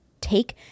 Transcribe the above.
take